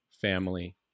family